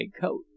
coat